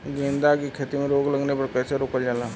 गेंदा की खेती में रोग लगने पर कैसे रोकल जाला?